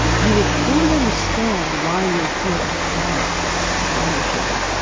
you would fully understand why you're here now emotionally.